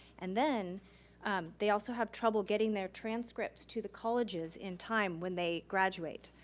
and then they also have trouble getting their transcripts to the colleges in time when they graduate.